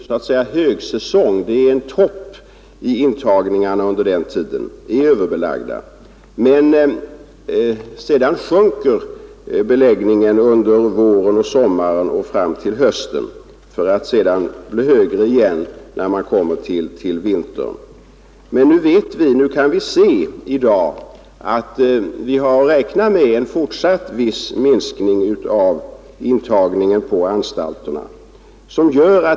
De visar då upp en topp i fråga om intagningar och har så att säga högsäsong. Men sedan sjunker beläggningen under våren och sommaren och fram till hösten för att sedan bli högre igen när man kommer till vintern. Men i dag vet vi att vi har att räkna med en fortsatt viss minskning av intagningen på anstalterna.